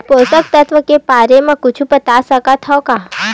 पोषक तत्व के बारे मा कुछु बता सकत हवय?